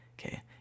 Okay